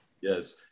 Yes